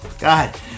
God